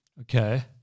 Okay